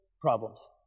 problems